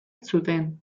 zuten